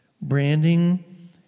Branding